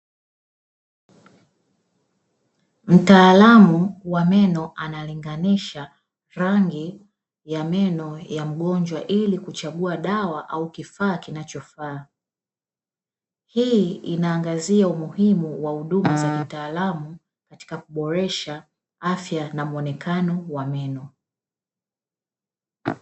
Mtaalamu wa meno analinganisha rangi ya meno ya mgonjwa ili kuchagua dawa au kifaa kinachofaa hii inaangazia umuhimu wa huduma za kitaalamu katika kuboresha afya na muonekano wa meno.